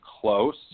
close